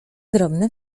drobne